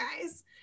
guys